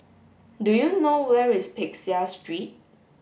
do you know where is Peck Seah Street